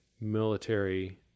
military